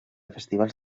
festivals